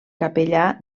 capellà